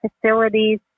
facilities